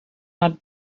not